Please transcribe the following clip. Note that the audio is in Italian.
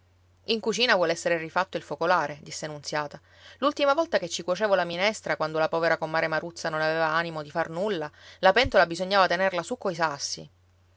in cucina vuol essere rifatto il focolare disse nunziata l'ultima volta che ci cuocevo la minestra quando la povera comare maruzza non aveva animo di far nulla la pentola bisognava tenerla su coi sassi